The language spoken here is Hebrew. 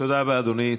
תודה רבה, אדוני.